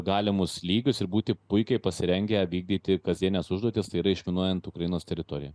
galimus lygius ir būti puikiai pasirengę vykdyti kasdienes užduotis tai yra išminuojant ukrainos teritoriją